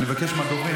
אני מבקש מהדוברים,